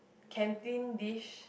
canteen dish